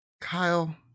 Kyle